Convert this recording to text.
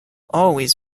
always